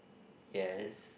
yes